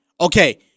Okay